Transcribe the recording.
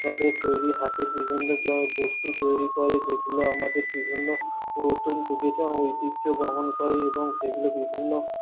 যাদের তৈরি হাতের বিভিন্ন বস্তু তৈরি করে যেগুলো আমাদের বিভিন্ন পুরাতন যুগের যেমন ঐতিহ্য বহন করে এবং সেগুলো বিভিন্ন